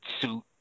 suit